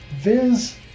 Viz